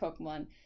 Pokemon